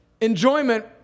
enjoyment